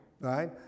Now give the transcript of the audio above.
right